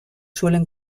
suelen